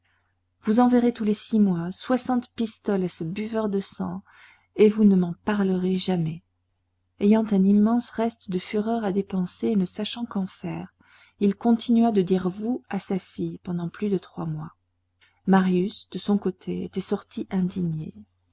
vous enverrez tous les six mois soixante pistoles à ce buveur de sang et vous ne m'en parlerez jamais ayant un immense reste de fureur à dépenser et ne sachant qu'en faire il continua de dire vous à sa fille pendant plus de trois mois marius de son côté était sorti indigné